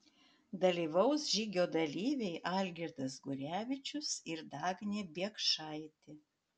dalyvaus žygio dalyviai algirdas gurevičius ir dagnė biekšaitė